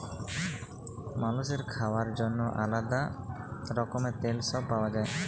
মালুসের খাওয়ার জন্যেহে আলাদা রকমের তেল সব পাওয়া যায়